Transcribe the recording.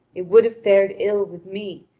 it would have fared ill with me,